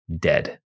dead